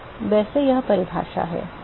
तो वैसे यह परिभाषा है